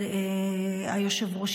היושב-ראש,